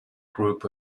group